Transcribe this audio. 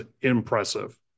impressive